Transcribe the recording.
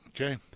Okay